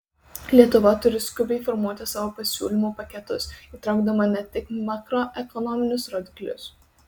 lietuva turi skubiai formuoti savo pasiūlymų paketus įtraukdama ne tik makroekonominius rodiklius